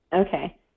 Okay